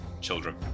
children